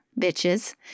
bitches